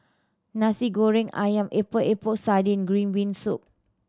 Nasi Goreng Ayam Epok Epok Sardin green bean soup